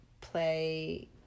play